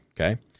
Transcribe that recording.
Okay